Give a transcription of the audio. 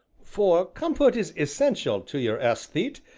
for comfort is essential to your aesthete,